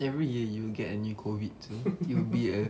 every year you'll get a new COVID so you'll be a